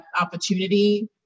opportunity